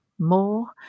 More